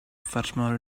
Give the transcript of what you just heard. fatima